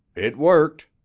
it worked,